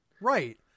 Right